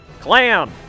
Clam